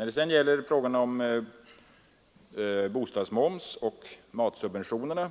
I fråga om bostadsmoms och matsubventioner